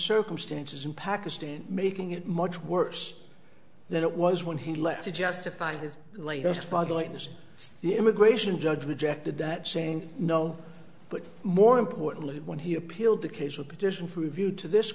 circumstances in pakistan making it much worse than it was when he left to justify his latest bad lawyers the immigration judge rejected that saying no but more importantly when he appealed the case a petition for review to this